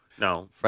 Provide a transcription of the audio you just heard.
No